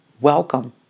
Welcome